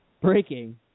breaking